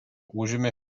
užėmė